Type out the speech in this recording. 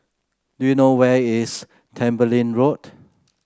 do you know where is Tembeling Road